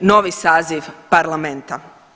novi saziv parlamenta.